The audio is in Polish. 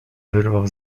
wyrwał